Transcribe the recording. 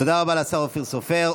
תודה רבה לשר אופיר סופר.